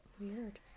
Weird